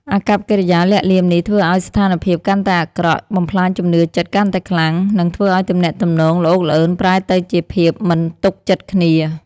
អាកប្បកិរិយាលាក់លៀមនេះធ្វើឲ្យស្ថានភាពកាន់តែអាក្រក់ បំផ្លាញជំនឿចិត្តកាន់តែខ្លាំង និងធ្វើឲ្យទំនាក់ទំនងល្អូកល្អឺនប្រែទៅជាភាពមិនទុកចិត្តគ្នា។